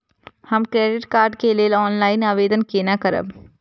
हम credit card के लेल ऑनलाइन आवेदन केना करब?